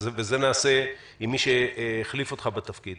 זה נעשה עם מי שהחליף אותך בתפקיד.